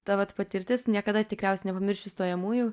ta vat patirtis niekada tikriausiai nepamiršiu stojamųjų